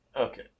okay